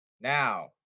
Now